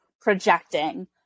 projecting